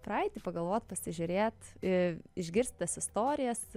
praeitį pagalvot pasižiūrėt į išgirst tas istorijas